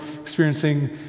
experiencing